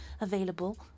available